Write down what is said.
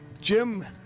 Jim